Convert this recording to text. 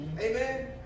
Amen